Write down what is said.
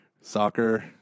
Soccer